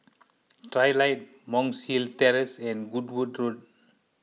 Trilight Monk's Hill Terrace and Goodwood Road